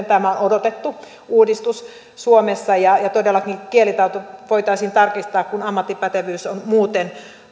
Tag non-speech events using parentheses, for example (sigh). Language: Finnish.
(unintelligible) tämä on odotettu uudistus suomessa ja ja todellakin kielitaito voitaisiin tarkistaa kun ammattipätevyys on muuten